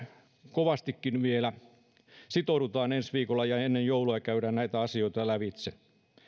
kovastikin vielä sitoudumme ensi viikolla ja ennen joulua käymme näitä asioita lävitse